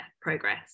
progress